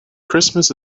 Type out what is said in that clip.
christmas